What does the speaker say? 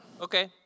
Okay